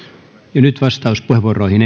ja nyt vastauspuheenvuoroihin